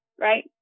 right